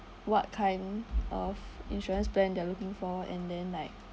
what kind of insurance plan they are looking for and then like